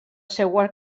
seua